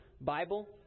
bible